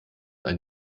ein